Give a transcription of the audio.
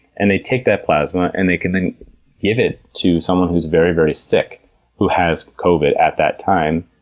and they take that plasma, and they can give it to someone who is very, very sick who has covid at that time,